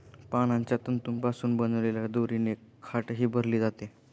पानांच्या तंतूंपासून बनवलेल्या दोरीने खाटही भरली जाते